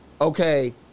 Okay